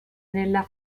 nella